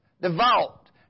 Devout